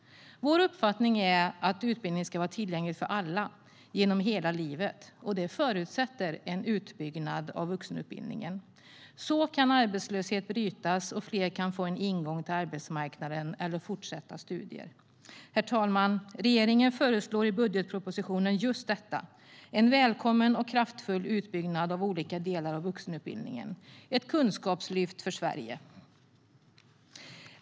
Vår uppfattning är att utbildning ska vara tillgänglig för alla genom hela livet. Det förutsätter en utbyggnad av vuxenutbildningen. Så kan arbetslöshet brytas och fler få en ingång till arbetsmarknaden eller till fortsatta studier. Herr talman! Regeringen föreslår i budgetpropositionen just detta: en välkommen och kraftfull utbyggnad av olika delar av vuxenutbildningen - ett kunskapslyft för Sverige.